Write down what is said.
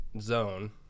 zone